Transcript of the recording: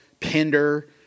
Pinder